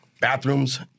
bathrooms